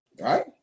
Right